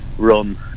run